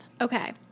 Okay